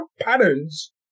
patterns